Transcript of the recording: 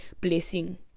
blessing